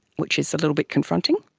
which is a little bit confronting.